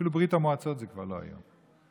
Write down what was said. אפילו בברית המועצות זה כבר לא כך היום.